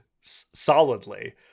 solidly